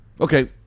Okay